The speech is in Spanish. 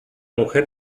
mujer